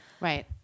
Right